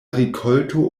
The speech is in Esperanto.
rikolto